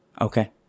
Okay